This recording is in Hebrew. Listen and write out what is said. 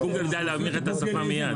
עולה חדש, גוגל יודע להמיר את השפה מיד.